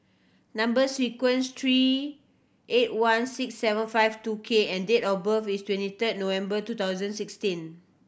number sequence three eight one six seven five two K and date of birth is twenty third November two thousand sixteen